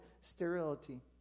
sterility